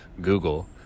Google